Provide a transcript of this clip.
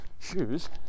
shoes